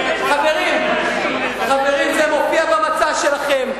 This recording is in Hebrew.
חברים, זה מופיע במצע שלכם.